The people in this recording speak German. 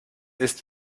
ist